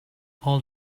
all